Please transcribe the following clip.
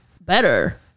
better